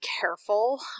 careful